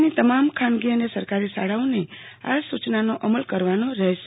રાજ્યની તમામ ખાનગી અને સરાકારી શાળાઓને આ સું યનાનો અમલ કરવાનો રહેશે